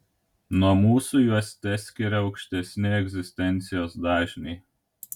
nuo mūsų juos teskiria aukštesni egzistencijos dažniai